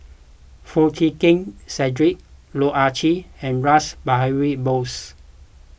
Foo Chee Keng Cedric Loh Ah Chee and Rash Behari Bose